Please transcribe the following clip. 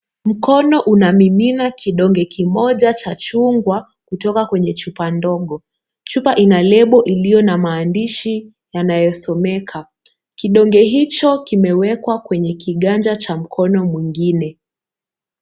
Mkono umemina kidonge cha chungwa kutokakwenye chupa ndogo. Chupa ina leboiliyo na maandishi yanayosomeka. Kidonge hicho kimewekwa kwenye kiganja cha mkono mwingine.